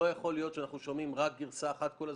שלא יכול להיות שאנחנו שומעים רק גרסה אחת כל הזמן,